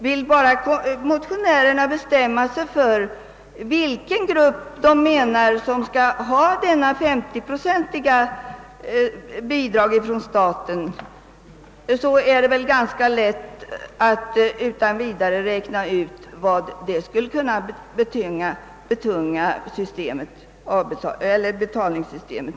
Vill bara motionärerna bestämma sig för vilken grupp de menar skall ha detta 50-procentiga bidrag från staten, är det väl ganska lätt att räkna ut med vilket belopp åtgärden skulle betunga avgiftssystemet.